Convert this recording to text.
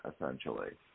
essentially